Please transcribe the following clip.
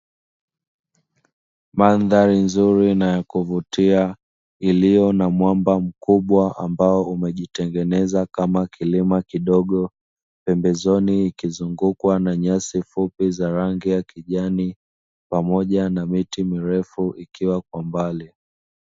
Mandhari nzuri na ya kuvutia iliyo na mwamba mkubwa ambao umejitengeneza kama kilima kidogo, pembezoni ikizungukwa na nyasi fupi za rangi ya kijani pamoja na miti mirefu ikiwa kwa mbali.